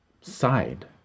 side